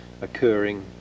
occurring